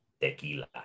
Tequila